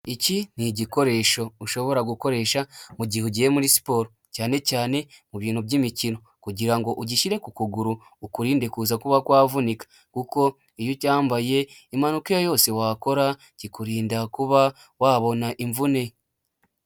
Iki ni igikoresho ushobora gukoresha mu mugihe ugiye muri siporo, cyane cyane mu bintu by'imikino kugira ngo ugishyire ku kuguru ukurinde kuza kuba kwavunika. Kuko iyo ucyambaye impanuka iyo ari yo yose wakora kikurinda kuba wabona imvune.